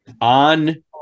on